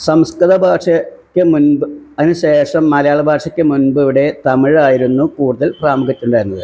സംസ്കൃത ഭാഷയ്ക്കു മുൻപ് അതിനു ശേഷം മലയാള ഭാഷയ്ക്ക് മുൻപിവിടെ തമിഴായിരുന്നു കൂടുതൽ പ്രാമുഖ്യത്തിലുണ്ടായിരുന്നത്